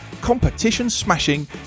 competition-smashing